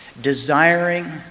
desiring